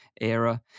era